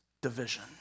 division